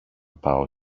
πάω